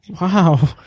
Wow